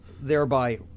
thereby